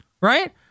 Right